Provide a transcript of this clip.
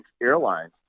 airlines